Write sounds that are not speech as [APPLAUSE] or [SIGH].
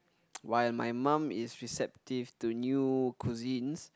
[NOISE] while my mum is receptive to new cuisines